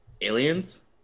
aliens